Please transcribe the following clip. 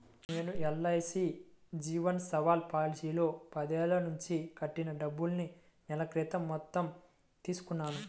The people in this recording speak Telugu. నేను ఎల్.ఐ.సీ జీవన్ సరల్ పాలసీలో పదేళ్ళ నుంచి కట్టిన డబ్బుల్ని నెల క్రితం మొత్తం తీసుకున్నాను